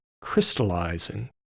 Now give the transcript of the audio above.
crystallizing